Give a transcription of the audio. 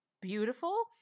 beautiful